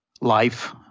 life